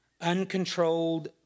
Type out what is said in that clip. uncontrolled